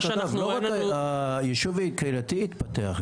לא רק היישוב הקהילתי התפתח,